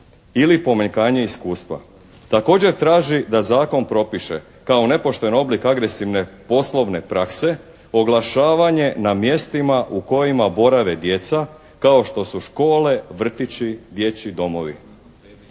ili pomanjkanje iskustva.". Također traži da zakon propiše kao nepošten oblik agresivne poslovne prakse oglašavanje na mjestima u kojima borave djeca kao što su škole, vrtići, dječji domovi.